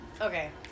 Okay